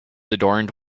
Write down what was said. adorned